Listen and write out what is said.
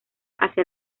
hacia